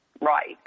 right